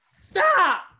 stop